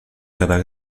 quedar